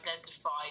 identified